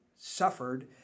suffered